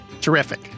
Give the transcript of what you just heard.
Terrific